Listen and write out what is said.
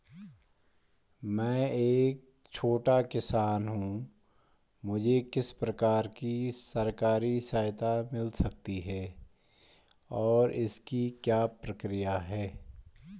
मैं एक छोटा किसान हूँ मुझे किस प्रकार की सरकारी सहायता मिल सकती है और इसकी क्या प्रक्रिया है?